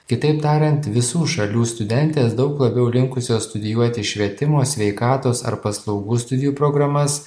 kitaip tariant visų šalių studentės daug labiau linkusios studijuoti švietimo sveikatos ar paslaugų studijų programas